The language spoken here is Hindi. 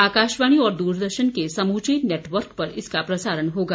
आकाशवाणी और दूरदर्शन के समूचे नेटवर्क पर इसका प्रसारण होगा